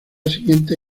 siguiente